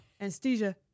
anesthesia